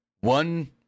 one